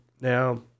Now